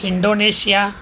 Indonesia